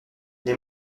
les